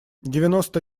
девяносто